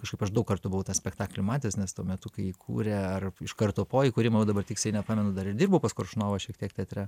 kažkaip aš daug kartų buvau tą spektaklį matęs nes tuo metu kai kūrė ar iš karto po įkūrimo jau dabar tiksliai nepamenu dar dirbau pas koršunovą šiek tiek teatre